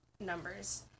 numbers